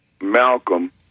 Malcolm